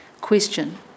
Question